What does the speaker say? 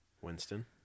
Winston